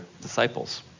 disciples